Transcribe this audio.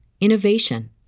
innovation